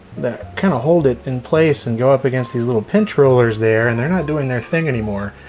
that kinda hold it in place and go up against these little pinch rollers there and they're not doing their thing anymore.